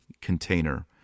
container